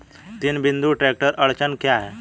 तीन बिंदु ट्रैक्टर अड़चन क्या है?